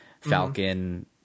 Falcon